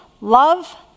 love